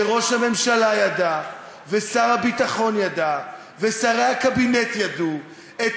שראש הממשלה ידע ושר הביטחון ידע ושרי הקבינט ידעו את